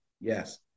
Yes